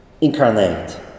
incarnate